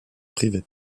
privé